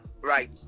right